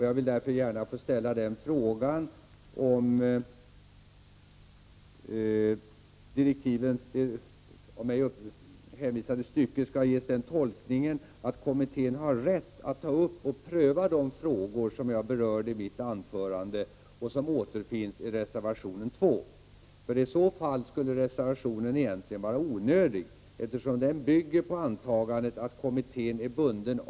Jag vill därför gärna ställa frågan: Kan det stycke jag hänvisade till ges den tolkningen att kommittén har rätt att ta upp och pröva de frågor som jag berörde i mitt anförande och som återfinns i reservation 2? I så fall skulle reservationen egentligen vara onödig, eftersom den bygger på antagandet som står på sid.